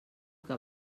que